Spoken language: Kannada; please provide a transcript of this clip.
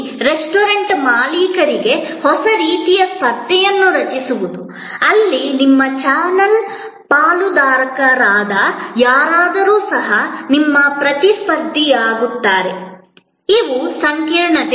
ಅದು ರೆಸ್ಟೋರೆಂಟ್ ಮಾಲೀಕರಿಗೆ ಹೊಸ ರೀತಿಯ ಸ್ಪರ್ಧೆಯನ್ನು ರಚಿಸುವುದು ಅಲ್ಲಿ ನಿಮ್ಮ ಚಾನಲ್ ಪಾಲುದಾರರಾದ ಯಾರಾದರೂ ಸಹ ನಿಮ್ಮ ಪ್ರತಿಸ್ಪರ್ಧಿಯಾಗುತ್ತಾರೆ ಇವು ಸಂಕೀರ್ಣತೆಗಳು ಎಂದು ಹೇಳಲಾಗುತ್ತದೆ